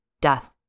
Death